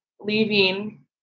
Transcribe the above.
leaving